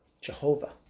Jehovah